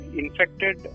infected